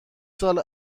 سال